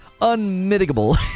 unmitigable